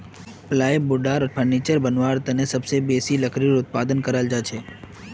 plywood आर furniture बनव्वार तने सबसे बेसी लकड़ी उत्पादन कराल जाछेक